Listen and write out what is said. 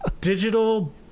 digital